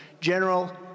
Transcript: General